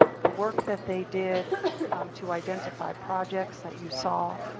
the work that they did to identify projects that you saw,